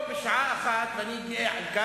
אפשר להשקיע המון